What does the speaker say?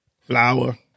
Flour